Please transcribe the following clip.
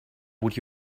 would